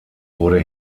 wurde